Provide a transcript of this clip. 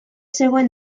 zegoen